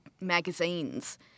magazines